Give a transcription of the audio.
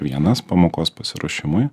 vienas pamokos pasiruošimui